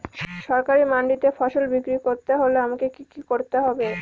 সরকারি মান্ডিতে ফসল বিক্রি করতে হলে আমাকে কি কি করতে হবে?